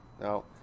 Now